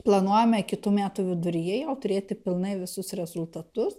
planuojame kitų metų viduryje jau turėti pilnai visus rezultatus